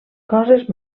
coses